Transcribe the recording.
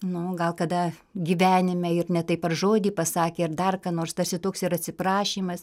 nu gal kada gyvenime ir ne taip ar žodį pasakė ir dar ką nors tarsi toks ir atsiprašymas